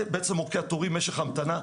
זה בעצם אורכי התורים ומשך ההמתנה,